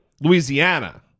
Louisiana